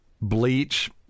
bleach